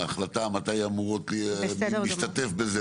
על ההחלטה מתי אמורות להשתתף בזה?